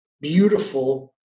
beautiful